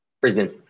Brisbane